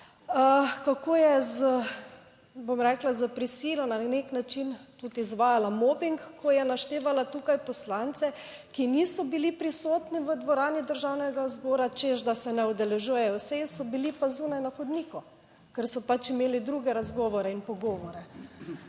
kako je z, bom rekla, s prisilo na nek način tudi izvajala mobing, ko je naštevala tukaj poslance, ki niso bili prisotni v dvorani Državnega zbora, češ, da se ne udeležujejo sej, so bili pa zunaj na hodniku, ker so pač imeli druge razgovore in pogovore.